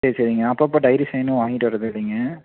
சரி சரிங்க அப்பப்போ டைரி சைன் வாங்கிகிட்டு வரதில்லைங்க